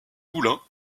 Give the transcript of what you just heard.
boulin